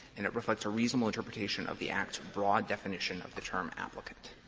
and it reflects a reasonable interpretation of the act's broad definition of the term applicant.